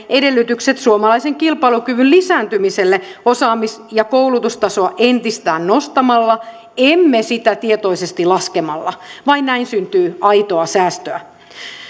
edellytykset suomalaisen kilpailukyvyn lisääntymiselle osaamis ja koulutustasoa entisestään nostamalla emme sitä tietoisesti laskemalla vain näin syntyy aitoa säästöä